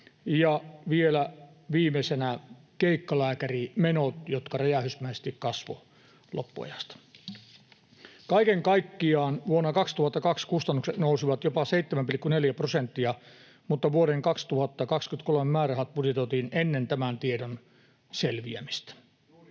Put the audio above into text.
ja vielä viimeisenä keikkalääkärimenot, jotka räjähdysmäisesti kasvoivat loppuajasta. Kaiken kaikkiaan vuonna 2022 kustannukset nousivat jopa 7,4 prosenttia, mutta vuoden 2023 määrärahat budjetoitiin ennen tämän tiedon selviämistä.